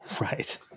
Right